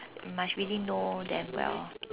must really know them well